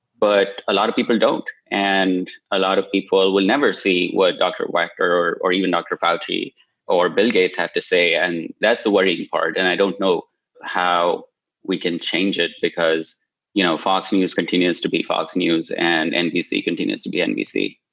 but a lot of people don't and a lot of people will never see what dr. wachter or or even dr. fauci or bill gates have to say, and that's the worrying part. and i don't know how we can change it, because you know fox and news continues to be fox news, and nbc continues to be nbc.